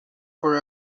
for